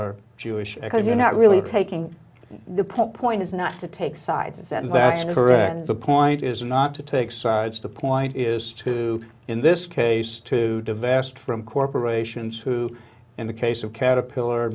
our jewish cause you're not really taking the point is not to take sides that in fact the point is not to take sides the point is to in this case to divest from corporations who in the case of caterpillar